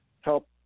help